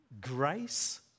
grace